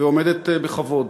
ועומדת בזה בכבוד.